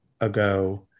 ago